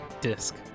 disc